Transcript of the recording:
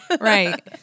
Right